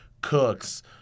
Cooks